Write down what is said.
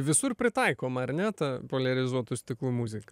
visur pritaikoma ar ne ta poliarizuotų stiklų muzika